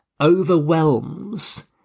overwhelms